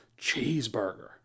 cheeseburger